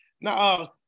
Now